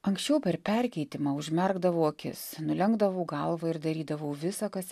anksčiau per perkeitimą užmerkdavau akis nulenkdavau galvą ir darydavau visa kas